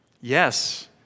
Yes